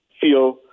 feel